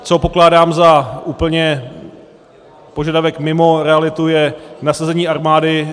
Co pokládám za úplně požadavek mimo realitu, je nasazení armády.